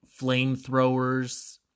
flamethrowers